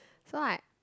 so I